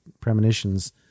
premonitions